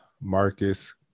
Marcus